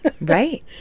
right